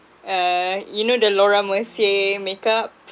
uh you know the laura mercier makeup